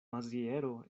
maziero